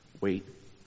Wait